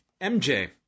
MJ